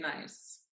nice